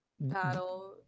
battle